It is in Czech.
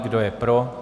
Kdo je pro?